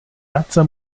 razza